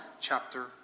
chapter